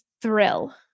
thrill